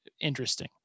interesting